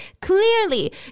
clearly